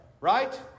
Right